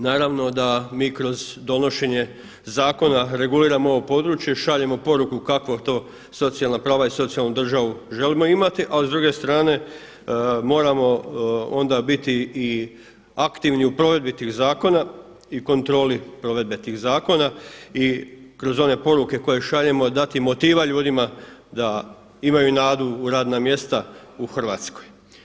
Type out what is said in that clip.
Naravno da mi kroz donošenje zakona reguliramo ovo područje i šaljemo poruku kakva to socijalna prava i socijalnu državu želimo imati ali s druge strane moramo onda biti i aktivni u provedbi tih zakona i kontroli provedbe tih zakona i kroz one poruke koje šaljemo dati motiva ljudima da imaju nadu u radna mjesta u Hrvatskoj.